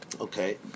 okay